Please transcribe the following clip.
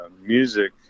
Music